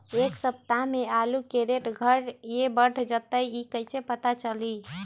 एक सप्ताह मे आलू के रेट घट ये बढ़ जतई त कईसे पता चली?